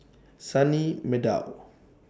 Sunny Meadow